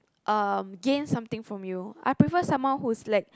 um gain something from you I prefer someone who's like